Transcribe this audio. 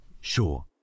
Sure